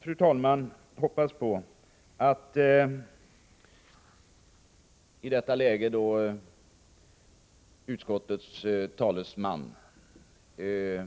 Fru talman! I detta läge, då utskottets talesman